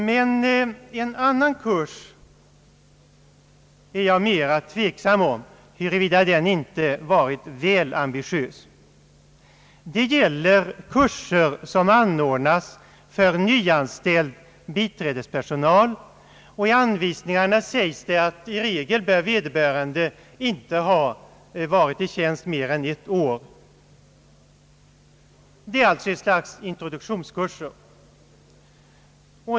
Men i fråga om en annan kurs undrar jag om man inte varit väl ambitiös. Det gäller kurser som anordnas för nyanställd biträdespersonal. I anvisningarna sägs att i regel bör vederbörande inte ha varit i tjänst mer än ett år. Det är alltså ett slags introduktionskurser.